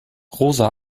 rosa